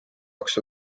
kaks